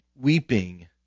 weeping